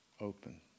open